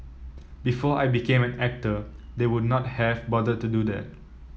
before I became an actor they would not have bothered to do that